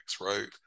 right